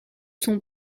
son